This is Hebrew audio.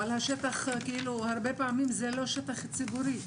אבל השטח כאילו הרבה פעמים זה לא שטח ציבורי,